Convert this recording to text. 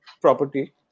property